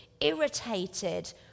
irritated